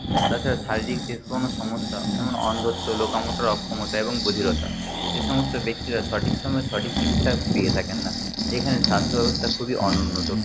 তাছাড়া শারীরিক যে কোনো সমস্যা যেমন অন্ধত্ব লোকামোটর অক্ষমতা এবং বধিরতা সে সমস্ত ব্যক্তিরা সঠিক সময় সঠিক চিকিৎসা পেয়ে থাকেন না এখানে স্বাস্থ্য ব্যবস্থা খুবই অনুন্নত